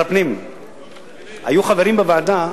היו חברים בוועדה,